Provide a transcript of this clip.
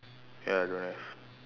ya I don't have